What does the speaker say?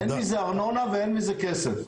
אין מזה ארנונה ואין מזה כסף.